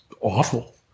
awful